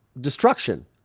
destruction